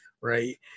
right